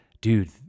dude